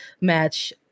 match